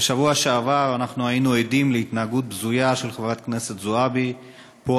בשבוע שעבר היינו עדים להתנהגות בזויה של חברת הכנסת זועבי פה,